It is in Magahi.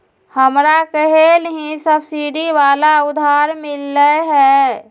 हमरा कलेह ही सब्सिडी वाला उधार मिल लय है